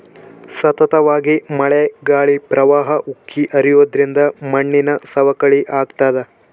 ಸತತವಾಗಿ ಮಳೆ ಗಾಳಿ ಪ್ರವಾಹ ಉಕ್ಕಿ ಹರಿಯೋದ್ರಿಂದ ಮಣ್ಣಿನ ಸವಕಳಿ ಆಗ್ತಾದ